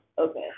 Okay